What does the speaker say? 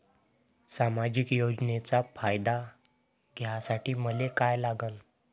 सामाजिक योजनेचा फायदा घ्यासाठी मले काय लागन?